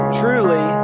truly